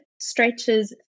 stretches